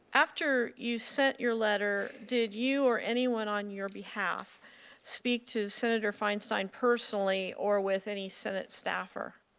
after you sent your letter, did you or anyone on your behalf speak to senator feinstein personally or with any senate staffer?